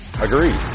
Agreed